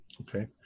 Okay